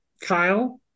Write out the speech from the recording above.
Kyle